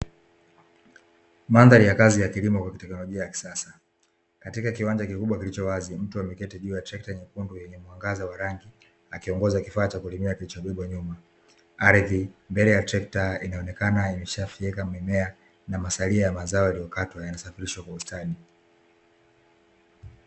Mandhari ya kazi ya kilimo ya kiteknolojia ya kisasa katika kiwanja kikubwa kilicho wazi, mtu ameketi juu treka jekundu lenye mwangaza wa rangi, akiongoza kifaa cha kulimia kilichobebwa nyuma. Ardhi mbele ya trekta inaonekana imeshafyeka mimea na masalia ya mazao yaliyokatwa yanasafirishwa kwa ustadi.